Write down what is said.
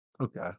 okay